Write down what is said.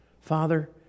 Father